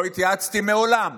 לא התייעצתי מעולם